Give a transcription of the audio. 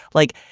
like,